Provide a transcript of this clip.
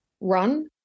run